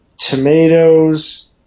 Tomatoes